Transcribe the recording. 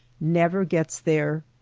never gets there.